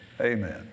Amen